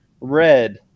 Red